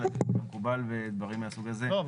אלא מקובל בדברים מהסוג הזה --- לא,